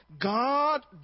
God